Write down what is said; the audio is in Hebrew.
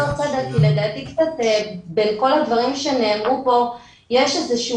לדעתי בין כל הדברים שנאמרו פה יש איזה שהוא